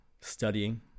studying